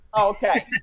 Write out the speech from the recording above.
Okay